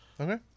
Okay